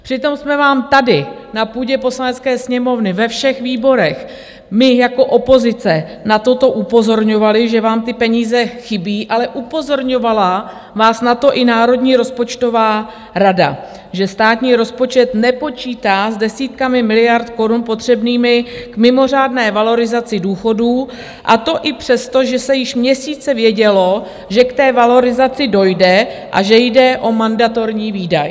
Přitom jsme vás tady na půdě Poslanecké sněmovny ve všech výborech my jako opozice na toto upozorňovali, že vám ty peníze chybějí, ale upozorňovala vás na to i Národní rozpočtová rada, že státní rozpočet nepočítá s desítkami miliard korun potřebnými k mimořádné valorizaci důchodů, a to i přes to, že se již měsíce vědělo, že k té valorizaci dojde a že jde o mandatorní výdaj.